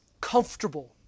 comfortable